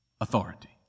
authority